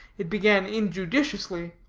it began injudiciously.